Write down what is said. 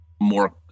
more